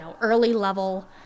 early-level